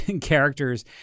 characters